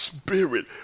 spirit